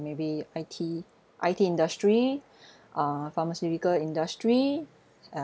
maybe I_T I_T industry uh pharmaceutical industry